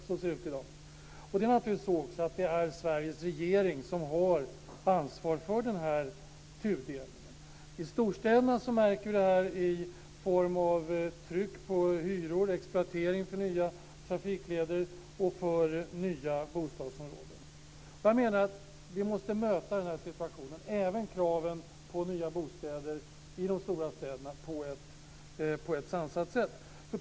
Så ser det ut i dag, och det är Sveriges regering som har ansvar för denna tudelning. I storstäderna höjs hyrorna. Det finns ett tryck på exploatering av nya trafikleder och för nya bostadsområden. Vi måste möta denna situation - även kraven på nya bostäder i de stora städerna - på ett sansat sätt.